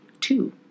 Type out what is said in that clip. two